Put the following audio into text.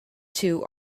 two